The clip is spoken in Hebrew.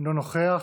אינו נוכח.